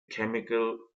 chemical